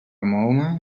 mahoma